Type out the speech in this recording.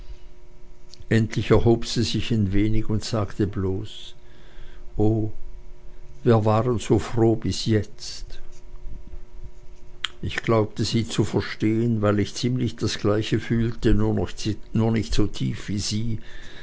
endlich erholte sie sich ein wenig und sagte bloß oh wir waren so froh bis jetzt ich glaubte sie zu verstehen weil ich ziemlich das gleiche fühlte nur nicht so tief wie sie